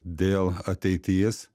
dėl ateities